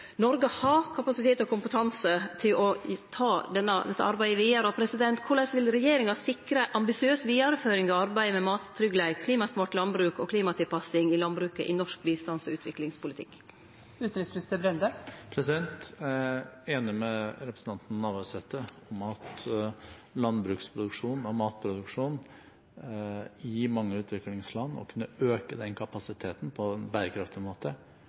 Noreg har kapasitet og kompetanse til å ta dette arbeidet vidare. Korleis vil regjeringa sikre ei ambisiøs vidareføring av arbeidet med mattryggleik, klimasmart landbruk og klimatilpassing i landbruket i norsk bistands- og utviklingspolitikk? Jeg er enig med representanten Navarsete i at det å kunne øke kapasiteten innen landbruksproduksjon og matproduksjon i mange utviklingsland